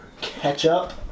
Ketchup